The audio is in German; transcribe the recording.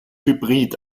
hybrid